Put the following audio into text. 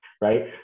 right